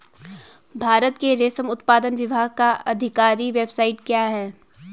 भारत के रेशम उत्पादन विभाग का आधिकारिक वेबसाइट क्या है?